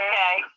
Okay